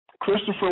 Christopher